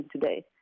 today